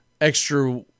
extra